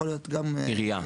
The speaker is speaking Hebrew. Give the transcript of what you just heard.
יכול להיות גם -- עירייה.